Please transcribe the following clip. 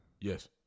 Yes